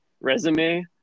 resume